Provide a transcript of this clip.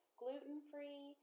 gluten-free